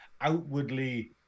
outwardly